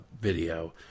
video